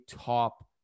top